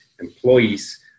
employees